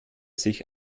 sich